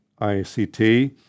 ICT